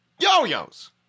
Yo-yos